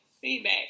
feedback